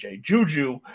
Juju